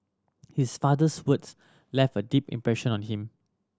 his father's words left a deep impression on him